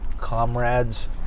comrades